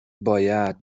باید